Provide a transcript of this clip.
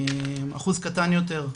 אחוז קטן יותר,